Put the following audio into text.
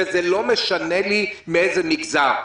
ולא משנה לי מאיזה מגזר.